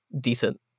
decent